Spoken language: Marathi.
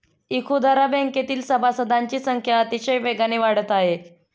इखुदरा बँकेतील सभासदांची संख्या अतिशय वेगाने वाढत आहे